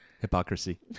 Hypocrisy